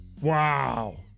Wow